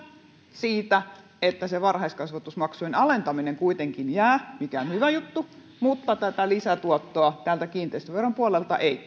siitä että se varhaiskasvatusmaksujen alentaminen kuitenkin jää mikä on hyvä juttu mutta tätä lisätuottoa täältä kiinteistöveron puolelta ei